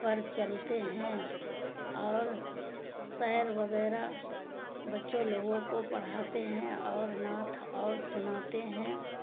پر چلتے ہیں اور شعر وغیرہ بچوں لوگو کو پڑھاتے ہیں اور نعت اور سناتے ہیں